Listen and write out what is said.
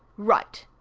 write!